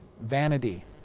vanity